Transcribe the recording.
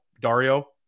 Dario